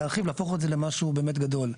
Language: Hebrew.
רוצים להרחיב ולהפוך את זה למשהו באמת גדול.